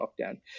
lockdown